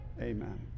Amen